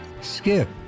Skip